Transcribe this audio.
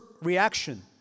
reaction